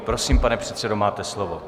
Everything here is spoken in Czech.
Prosím, pane předsedo, máte slovo.